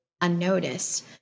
unnoticed